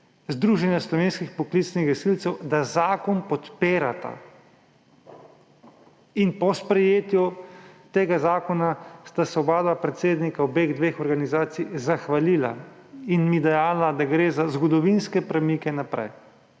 Združenja slovenskih poklicnih gasilcev, da zakon podpirata. Po sprejetju tega zakona sta se oba predsednika obeh organizacij zahvalila in mi dejala, da gre za zgodovinske premike naprej.